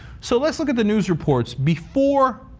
so let's look at the news reports before